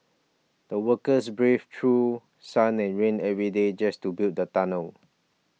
the workers braved through sun and rain every day just to build the tunnel